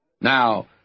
Now